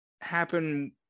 happen